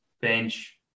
bench